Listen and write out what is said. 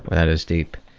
that is deep.